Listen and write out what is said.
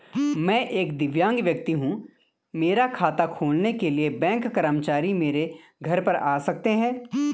मैं एक दिव्यांग व्यक्ति हूँ मेरा खाता खोलने के लिए बैंक कर्मचारी मेरे घर पर आ सकते हैं?